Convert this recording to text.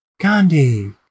Gandhi